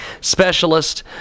specialist